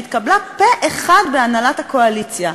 והתקבלה פה-אחד בהנהלת הקואליציה.